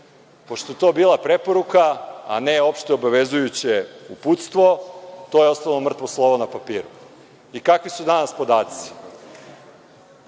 je to bila preporuka, a ne opšte obavezujuće uputstvo, to je ostalo mrtvo slovo na papiru. I kakvi su danas podaci?